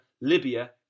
Libya